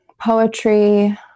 poetry